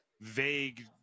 vague